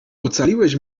ocaliłeś